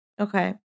Okay